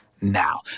now